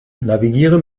navigiere